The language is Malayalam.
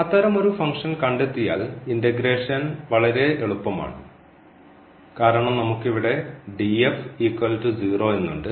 അത്തരമൊരു ഫംഗ്ഷൻ കണ്ടെത്തിയാൽ ഇൻറെഗ്രേഷൻ വളരെ എളുപ്പമാണ് കാരണം നമുക്ക് ഇവിടെ എന്നുണ്ട്